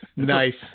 Nice